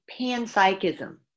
panpsychism